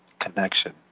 connection